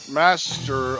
master